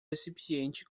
recipiente